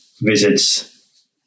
visits